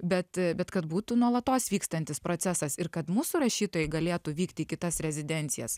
bet bet kad būtų nuolatos vykstantis procesas ir kad mūsų rašytojai galėtų vykti į kitas rezidencijas